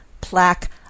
plaque